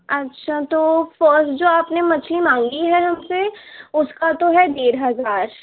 اچھا تو فسٹ جو آپ نے مچھلی مانگی ہے ہم سے اس کا تو ہے ڈیڑھ ہزار